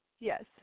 Yes